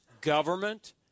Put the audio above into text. government